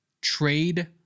trade